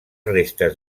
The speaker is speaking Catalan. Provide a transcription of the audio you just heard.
restes